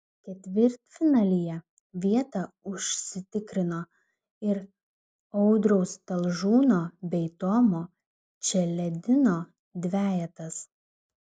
ketvirtfinalyje vietą užsitikrino ir audriaus talžūno bei tomo čeledino dvejetas